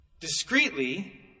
discreetly